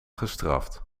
gestraft